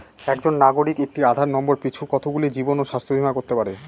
একজন নাগরিক একটি আধার নম্বর পিছু কতগুলি জীবন ও স্বাস্থ্য বীমা করতে পারে?